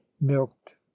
milked